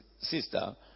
sister